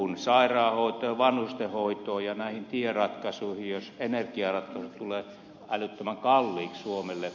sairaanhoitoon ja vanhusten hoitoon ja näihin tieratkaisuihin jos energiaratkaisut tulevat älyttömän kalliiksi suomelle